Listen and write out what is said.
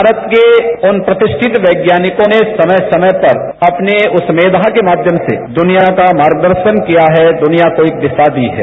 भारत के प्रति ठत वैज्ञानिकों ने समय समय पर अपने उस के माध्यम से दूनिया का मार्गदर्शन किया है दूनिया को एक दिशा दी है